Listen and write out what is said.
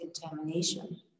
contamination